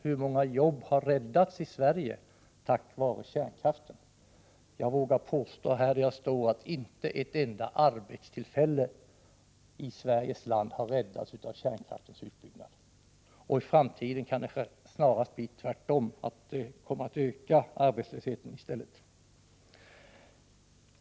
Hur många jobb har räddats i Sverige tack vare kärnkraften? Jag vågar påstå att inte ett enda arbetstillfälle i Sveriges land har räddats av kärnkraftsutbyggnad — och i framtiden kan det snarast bli så att arbetslösheten i stället kommer att öka.